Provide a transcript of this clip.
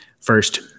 First